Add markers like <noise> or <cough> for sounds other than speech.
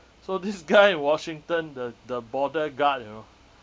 so this <laughs> guy in washington the the border guard you know